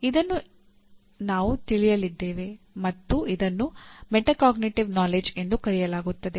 ಮತ್ತು ಇದನ್ನು ನಾವು ತಿಳಿಸಲಿದ್ದೇವೆ ಇದನ್ನು ಮೆಟಾಕಾಗ್ನಿಟಿವ್ ನಾಲೆಡ್ಜ್ ಎಂದು ಕರೆಯಲಾಗುತ್ತದೆ